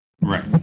Right